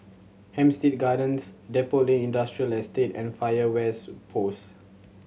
Hampstead Gardens Depot Lane Industrial Estate and Fire West Post